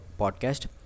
podcast